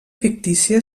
fictícia